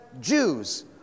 Jews